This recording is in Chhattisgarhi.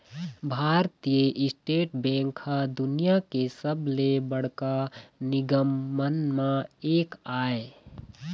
भारतीय स्टेट बेंक ह दुनिया के सबले बड़का निगम मन म एक आय